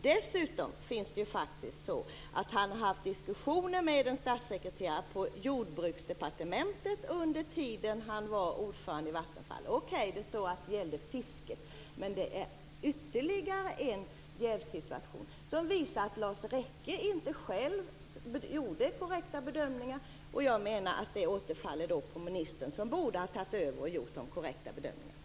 Dessutom har han haft diskussioner med en statssekreterare på Jordbruksdepartementet under den tid han var ordförande i Vattenfall. Det står att det gällde fisket, men det är ytterligare en jävssituation som visar att Lars Rekke inte själv gjorde korrekta bedömningar. Jag menar att det återfaller på ministern som borde ha tagit över och gjort de korrekta bedömningarna.